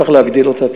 צריך להגדיל אותה.